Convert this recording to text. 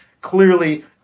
clearly